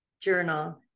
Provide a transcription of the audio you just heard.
journal